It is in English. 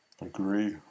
Agree